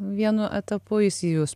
vienu etapu jis jus